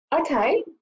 okay